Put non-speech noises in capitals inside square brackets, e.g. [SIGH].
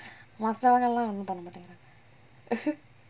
மத்தவங்கெல்லாம் ஒன்னும் பன்னமாடிங்கறாங்க:mathavangellam onnum panna maatingaraanga [LAUGHS]